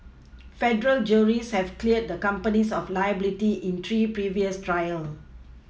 federal juries have cleared the companies of liability in three previous trials